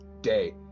day